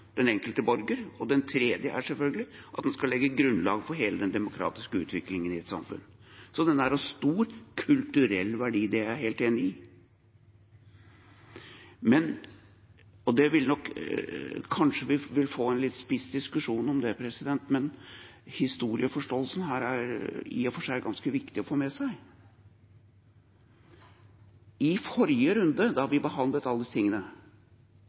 den enkelte borger, og det tredje er selvfølgelig at den skal legge grunnlag for hele den demokratiske utviklingen i et samfunn. Så den er av stor kulturell verdi, det er jeg helt enig i. Kanskje vil vi få en litt spiss diskusjon om det, men historieforståelsen her er i og for seg ganske viktig å få med seg: I forrige runde, da vi behandlet alle disse tingene,